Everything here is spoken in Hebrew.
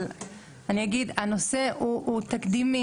אבל אני אגיד, הנושא הוא תקדימי.